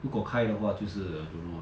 如果开的话就是 I don't know lah